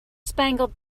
spangled